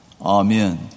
Amen